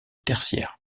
tertiaire